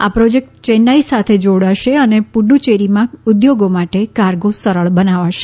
આ પ્રોજેક્ટ ચેન્નાઈ સાથે જોડશે અને પૂડુચ્ચેરીમાં ઉદ્યોગો માટે કાર્ગો સરળ બનાવશે